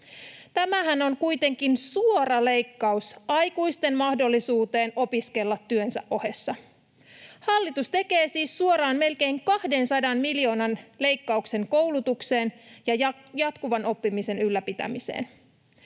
Tämähän on kuitenkin suora leikkaus aikuisten mahdollisuuteen opiskella työnsä ohessa. Hallitus tekee siis suoraan melkein 200 miljoonan leikkauksen koulutukseen ja jatkuvan oppimisen ylläpitämiseen.